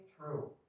true